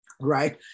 right